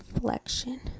flexion